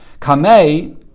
kamei